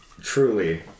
truly